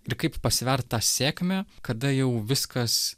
ir kaip pasvert tą sėkmę kada jau viskas